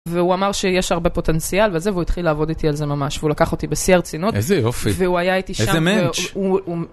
והוא אמר שיש הרבה פוטנציאל וזה, והוא התחיל לעבוד איתי על זה ממש. והוא לקח אותי בשיא הרצינות. איזה יופי. והוא היה איתי שם, והוא...